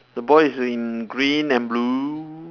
the boy is in green and blue